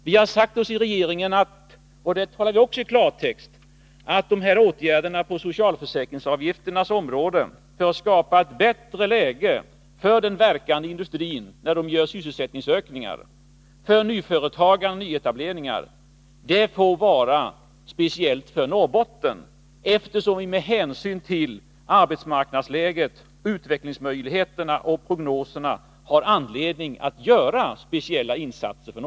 Vi har sagt oss i regeringen — och här talar vi också i klartext — att dessa åtgärder på socialförsäkringsavgifternas område för att skapa ett bättre läge för den verkande industrin när den gör sysselsättningsökningar, när den startar nyföretagande och gör nyetableringar, får gälla speciellt för Norrbotten, eftersom vi med hänsyn till arbetsmarknadsläget, utvecklingsmöjligheterna och prognoserna har anledning att göra speciella insatser där.